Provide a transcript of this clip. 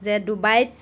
যে ডুবাইত